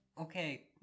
Okay